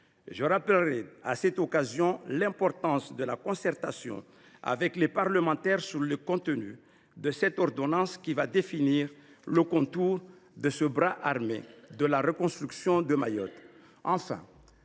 Je rappellerai à cette occasion l’importance de la concertation avec les parlementaires sur le contenu de cette ordonnance, qui va définir les contours de ce bras armé de la reconstruction de Mayotte.